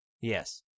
Yes